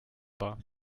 war